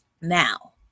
now